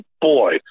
boy